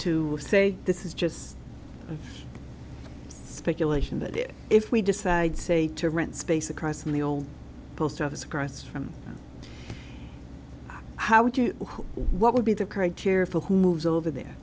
to say this is just speculation that if we decide say to rent space across from the old post office across from how would you know what would be the correct careful who moves over there